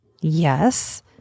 Yes